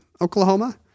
Oklahoma